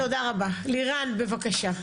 תודה רבה, לירן, בבקשה.